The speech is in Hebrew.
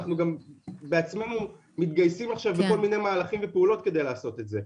אלא אנחנו בעצמנו מתגייסים לכל מיני מהלכים ופעולות כדי לעשות את זה.